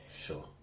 sure